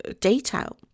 detail